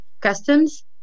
customs